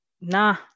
nah